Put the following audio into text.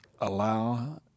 Allow